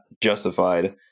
justified